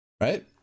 right